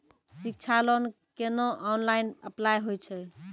शिक्षा लोन केना online apply होय छै?